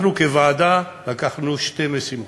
אנחנו כוועדה לקחנו שתי משימות: